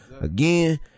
Again